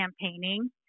campaigning